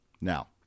Now